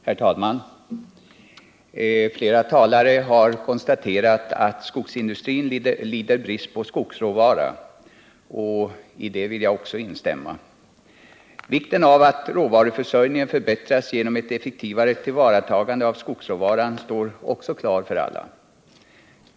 Herr talman! Flera talare har konstaterat att skogsindustrin lider brist på skogsråvara. I det vill jag också instämma. Vikten av att råvaruförsörjningen förbättras genom ett effektivare tillvaratagande av skogsråvaran står också klar för alla.